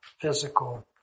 physical